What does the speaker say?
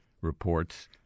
reports